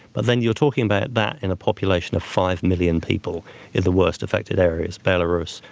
but then you're talking about that in a population of five million people in the worst effected areas, belarus,